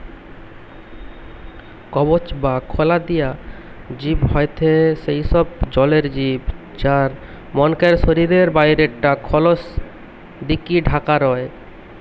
কবচ বা খলা দিয়া জিব হয়থে সেই সব জলের জিব যার মনকের শরীরের বাইরে টা খলস দিকি ঢাকা রয়